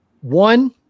one